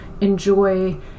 enjoy